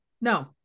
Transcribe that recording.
No